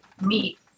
meat